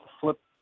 flip